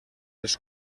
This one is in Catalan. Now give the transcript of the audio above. els